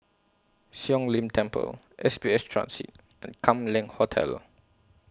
Siong Lim Temple S B S Transit and Kam Leng Hotel